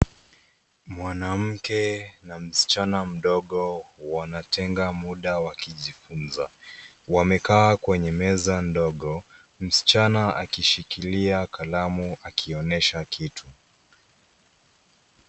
Mwanamke na msichana mdogo wanatenga mda wakijifunza. Wamekaa kwenye neza ndogo, msichana akishikilia kalamu akionyesha kitu.